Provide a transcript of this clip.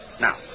Now